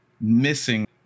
missing